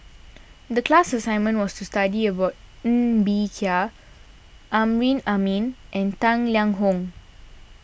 the class assignment was to study about Ng Bee Kia Amrin Amin and Tang Liang Hong